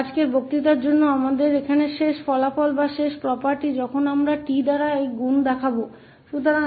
आज के व्याख्यान के लिए अंतिम परिणाम या अंतिम गुण जब हम इस गुणन को tnदेखते हैं